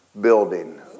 building